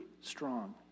strong